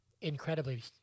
incredibly